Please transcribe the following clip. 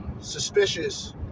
suspicious